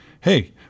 hey